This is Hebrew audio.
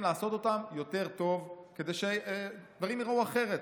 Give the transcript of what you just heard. לעשות יותר טוב כדי שהדברים ייראו אחרת,